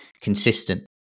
consistent